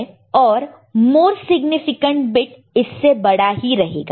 यह Y0 naught naught है और मोर सिग्निफिकेंट बिट इससे बड़ा ही रहेगा